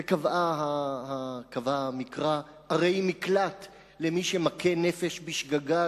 וקבע המקרא ערי מקלט למי שמכה נפש בשגגה,